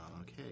okay